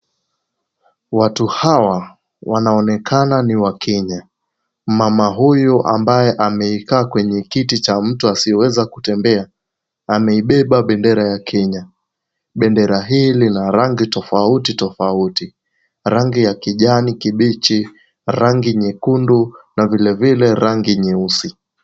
Watu hawa, wanaonekana ni wakenya. Mama huyu ambaye amekaa kwenye kiti cha mtu asiyeweza kutembea, ameibeba bendera ya kenya. Bendera hii lina rangi tofauti tofauti. Rangi ya kijani kibichi, rangi nyekundu, na vilevile rangi nyeusi.